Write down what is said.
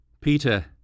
peter